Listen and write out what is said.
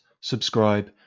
subscribe